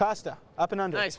costa up in a nice